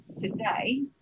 today